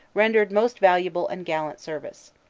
rendered most valuable and gallant service.